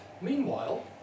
Meanwhile